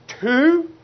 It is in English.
Two